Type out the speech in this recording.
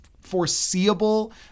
foreseeable